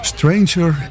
Stranger